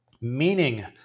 meaning